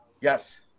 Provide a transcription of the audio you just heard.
Yes